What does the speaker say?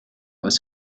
was